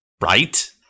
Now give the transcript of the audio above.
right